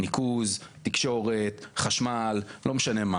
ניקוז, תקשורת, חשמל, לא משנה מה